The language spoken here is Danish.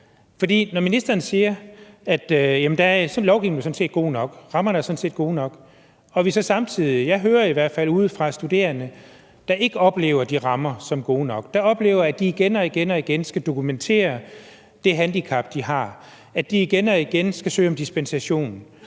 med. For ministeren siger, at lovgivningen sådan set er god nok, og at rammerne er gode nok, og samtidig hører vi så om studerende – det hører jeg i hvert fald derudefra – der ikke oplever de rammer som gode nok, der oplever, at de igen og igen skal dokumentere det handicap, de har, at de igen og igen skal søge om dispensation.